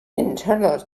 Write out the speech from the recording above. internal